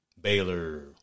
Baylor